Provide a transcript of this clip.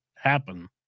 Happen